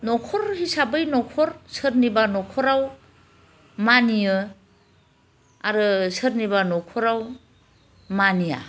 न'खर हिसाबै न'खर सोरनिबा न'खराव मानियो आरो सोरनिबा न'खराव मानिया